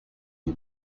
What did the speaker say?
you